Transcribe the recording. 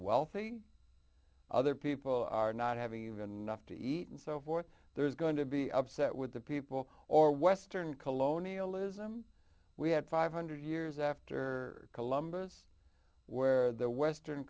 wealthy other people are not having even nuff to eat and so forth there's going to be upset with the people or western colonialism we had five hundred years after columbus where their western